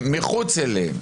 מחוץ להם.